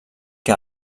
que